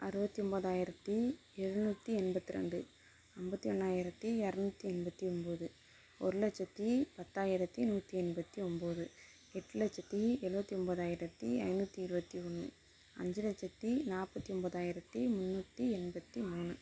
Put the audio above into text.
அறுபத்தி ஒம்பதாயிரத்தி எழுநூற்றி எண்பத்து ரெண்டு ஐம்பத்தி ஒன்னாயிரத்து இரநூத்தி எண்பத்து ஒம்பது ஒரு லட்சத்து பத்தாயிரத்து நூற்றி எண்பத்து ஒம்பது எட்டு லட்சத்து எழுபத்தி ஒம்பதாயிரத்தி ஐந்நூற்றி இருபத்தி ஒன்று அஞ்சு லட்சத்து நாற்பத்தி ஒம்பதாயிரத்தி முன்னூற்றி எண்பத்து மூணு